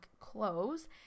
clothes